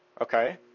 Okay